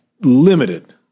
limited